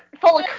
full